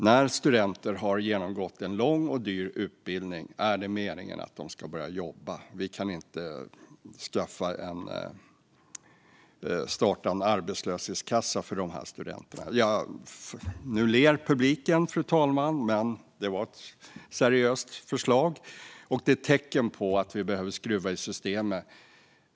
När studenter har genomgått en lång och dyr utbildning är det meningen att de ska börja jobba; vi kan inte starta en arbetslöshetskassa för dessa studenter. Publiken ler, fru talman, men det var ett seriöst förslag - och det är ett tecken på att vi behöver skruva i systemet.